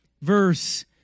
verse